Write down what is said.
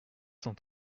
cent